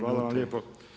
Hvala vam lijepo.